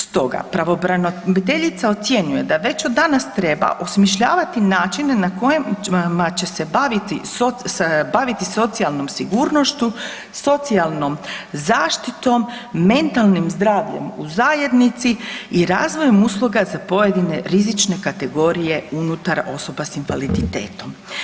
Stoga, pravobraniteljica ocjenjuje da već od danas treba osmišljavati načine na kojima će se baviti socijalnom sigurnošću, socijalnom zaštitom, mentalnim zdravljem u zajednici i razvojem usluga za pojedine rizične kategorije unutar osoba s invaliditetom.